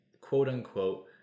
quote-unquote